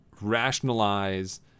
rationalize